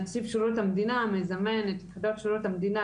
נציב שירות המדינה משמש את יחידות שירות המדינה,